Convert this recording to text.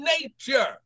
nature